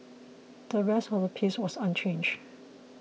the rest of the piece was unchanged